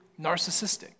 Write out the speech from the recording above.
narcissistic